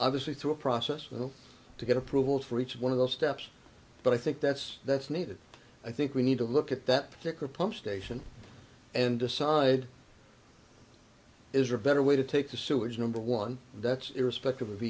obviously through a process for them to get approvals for each one of those steps but i think that's that's needed i think we need to look at that particular pump station and decide is a better way to take the sewage number one that's irrespective of